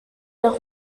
los